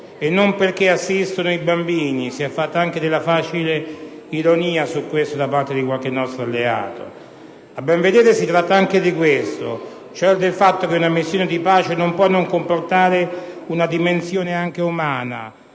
e non perché assistono i bambini (si è fatta anche della facile ironia su questo da parte di qualche nostro alleato). A ben vedere, si tratta anche di questo, cioè del fatto che una missione di pace non può non comportare una dimensione anche umana.